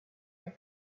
own